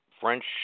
French